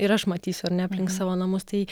ir aš matysiu ar ne aplink savo namus tai